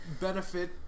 benefit